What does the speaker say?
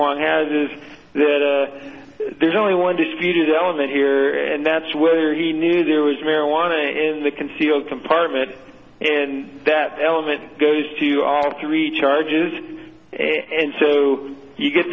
juan has is that there's only one disputed element here and that's where he knew there was marijuana in the concealed compartment and that element goes to all three charges and so you get